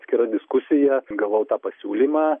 atskira diskusija gavau tą pasiūlymą